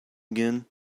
again